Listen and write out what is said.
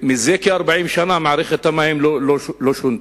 זה כ-40 שנה מערכת המים לא שונתה,